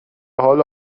حال